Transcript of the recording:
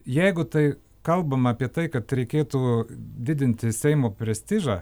jeigu tai kalbama apie tai kad reikėtų didinti seimo prestižą